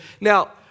Now